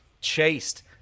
chased